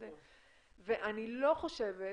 ואני לא חושבת,